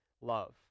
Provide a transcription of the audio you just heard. love